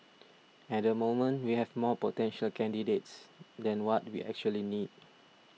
at the moment we have more potential candidates than what we actually need